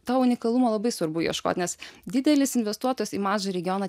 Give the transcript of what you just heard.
to unikalumo labai svarbu ieškot nes didelis investuotas į mažą regioną